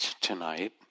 tonight